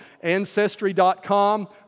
Ancestry.com